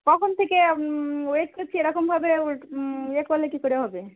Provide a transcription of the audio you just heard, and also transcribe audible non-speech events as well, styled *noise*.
কখন থেকে ওয়েট করছি এরকমভাবে *unintelligible* ইয়ে করলে কী করে হবে